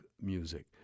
music